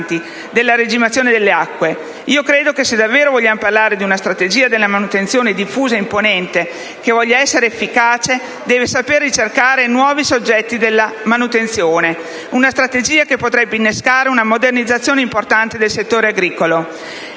della regimazione delle acque. A mio avviso, se davvero vogliamo parlare di una strategia della manutenzione diffusa e imponente che voglia essere efficace, bisogna saper ricercare nuovi soggetti della manutenzione. Si tratta di una strategia che potrebbe innescare una modernizzazione importante del settore agricolo,